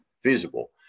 feasible